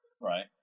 Right